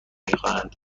میخواهند